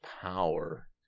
power